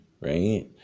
right